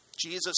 Jesus